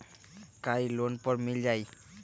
का इ लोन पर मिल जाइ?